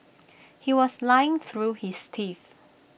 he was lying through his teeth